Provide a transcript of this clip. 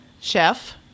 chef